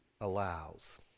allows